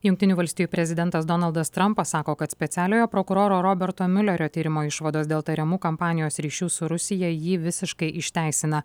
jungtinių valstijų prezidentas donaldas trampas sako kad specialiojo prokuroro roberto miulerio tyrimo išvados dėl tariamų kampanijos ryšių su rusija jį visiškai išteisina